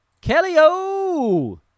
Kelly-O